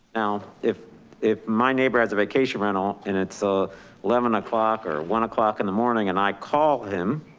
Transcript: now, if if my neighbor has a vacation rental and it's ah eleven o'clock or one o'clock in the morning and i call him.